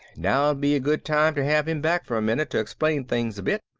now'd be a good time to have him back for a minute, to explain things a bit.